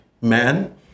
man